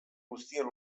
guztien